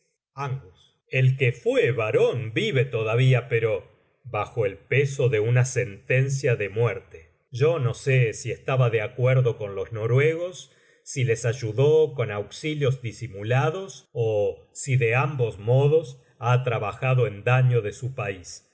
ang el que fué barón vive todavía pero bajo el peso de una sentencia de muerte yo no sé si estaba de acuerdo con los noruegos si les ayudó con auxilios disimulados ó si de ambos modos ha trabajado en daño de su país